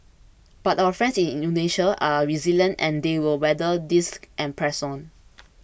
but our friends in Indonesia are resilient and they will weather this and press on